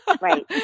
Right